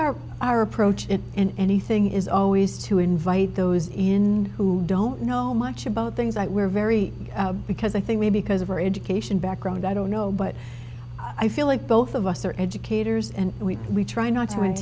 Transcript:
our our approach and anything is always to invite those in who don't know much about things that we're very because i think we because of our education background i don't know but i feel like both of us are educators and we we try not to